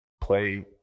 play